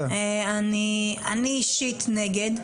אני אישית נגד,